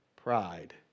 Pride